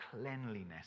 cleanliness